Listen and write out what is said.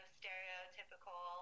stereotypical